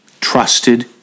trusted